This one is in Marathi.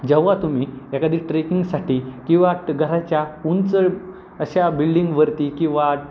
जेव्हा तुम्ही एखादी ट्रेकिंगसाठी किंवा घराच्या उंच अशा बिल्डिंगवरती किंवा